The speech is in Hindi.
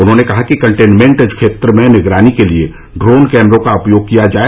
उन्होंने कहा कि कन्टेनमेन्ट क्षेत्रों में निगरानी के लिए ड्रोन कैमरों का उपयोग किया जाए